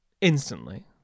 instantly